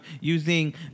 using